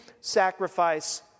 sacrifice